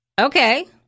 Okay